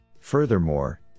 Furthermore